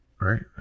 right